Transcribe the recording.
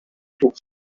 took